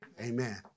Amen